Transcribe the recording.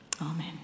Amen